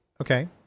Okay